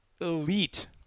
elite